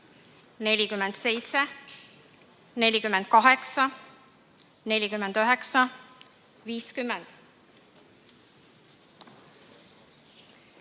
47, 48, 49, 50,